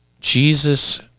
Jesus